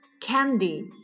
candy